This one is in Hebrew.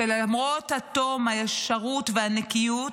שלמרות התום, הישרות והנקיות,